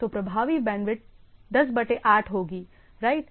तो प्रभावी बैंडविड्थ 108 होगी राइट